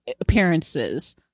appearances